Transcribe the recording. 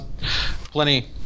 Plenty